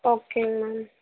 ஓகேங்க மேம்